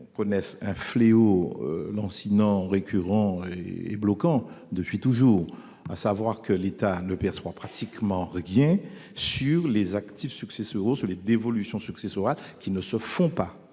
toujours un fléau lancinant, récurrent et bloquant, à savoir que l'État ne perçoit pratiquement rien sur les actifs successoraux et sur les dévolutions successorales qui ne se font pas,